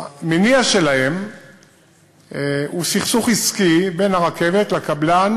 המניע שלהן הוא סכסוך עסקי בין הרכבת לקבלן